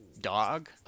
Dog